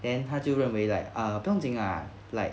then 他就认为 like err 不用紧 lah like